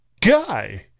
guy